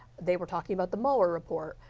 they were talking about the mueller report.